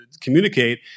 communicate